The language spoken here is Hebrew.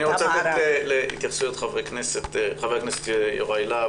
אני רוצה לשמוע את התייחסויות חברי הכנסת.